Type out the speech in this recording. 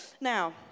Now